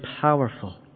powerful